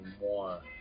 more